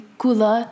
kula